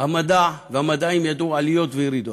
המדע והמדעים ידעו עליות וירידות.